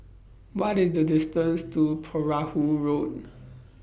What IS The distance to Perahu Road